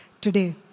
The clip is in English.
today